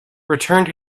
returned